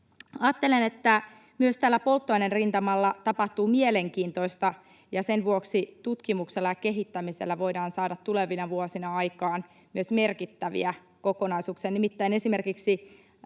Ajattelen, että myös täällä polttoainerintamalla tapahtuu mielenkiintoista, ja sen vuoksi tutkimuksella ja kehittämisellä voidaan saada tulevina vuosina aikaan myös merkittäviä kokonaisuuksia — nimittäin esimerkiksi